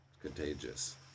Contagious